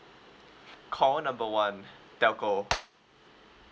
call number one telco